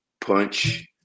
punch